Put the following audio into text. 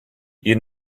you